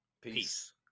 Peace